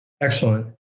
Excellent